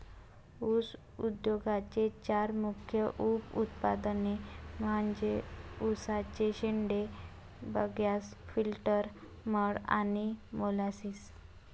ऊस उद्योगाचे चार मुख्य उप उत्पादने म्हणजे उसाचे शेंडे, बगॅस, फिल्टर मड आणि मोलॅसिस